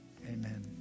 Amen